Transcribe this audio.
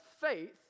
faith